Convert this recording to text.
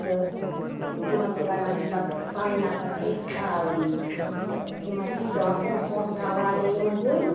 تہٕ تِمن سۭتۍ لگان چھُ پَتہ پَنٕنۍ نَفر تہِ اسۍ آوری تہٕ یِم ہسا پیوان پونسہٕ ووسہٕ پیوان واریاہ یِمن دیُن